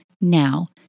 Now